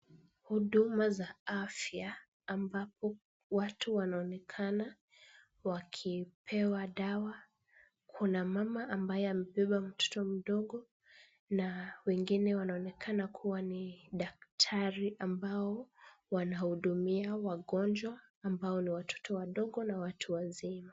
Huduma za afya ambapo watu wanaonekana wakipewa dawa. Kuna mama ambaye amepewa mtoto mdogo na wengine wanaonekana kuwa ni daktari ambao wanahudumia wagonjwa, ambao ni watoto wadogo na watu wazima.